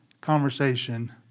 conversation